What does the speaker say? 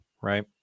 right